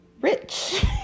rich